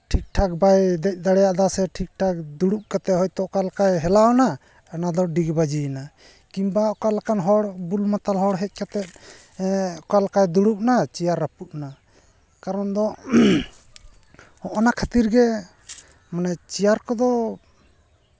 ᱴᱷᱤᱠ ᱴᱷᱟᱠ ᱵᱟᱭ ᱫᱮᱡ ᱫᱟᱲᱮᱭᱟᱫᱟ ᱥᱮ ᱴᱷᱤᱠ ᱴᱷᱟᱠ ᱫᱩᱲᱩᱵ ᱠᱟᱛᱮᱫ ᱦᱚᱭᱛᱳ ᱚᱠᱟ ᱞᱮᱠᱟᱭ ᱦᱮᱞᱟᱣᱱᱟ ᱚᱱᱟ ᱫᱚ ᱰᱤᱜᱽ ᱵᱟᱹᱡᱤᱭᱮᱱᱟ ᱠᱤᱢᱵᱟ ᱚᱠᱟ ᱞᱮᱠᱟᱱ ᱦᱚᱲ ᱵᱩᱞ ᱢᱟᱛᱟᱞ ᱦᱚᱲ ᱦᱮᱡ ᱠᱟᱛᱮᱫ ᱚᱠᱟ ᱞᱮᱠᱟᱭ ᱫᱩᱲᱩᱵᱱᱟ ᱪᱮᱭᱟᱨ ᱨᱟᱹᱯᱩᱫᱱᱟ ᱠᱟᱨᱚᱱᱫᱚ ᱱᱚᱜᱼᱱᱟ ᱠᱷᱟᱹᱛᱤᱨ ᱜᱮ ᱢᱟᱱᱮ ᱪᱮᱭᱟᱨ ᱠᱚᱫᱚ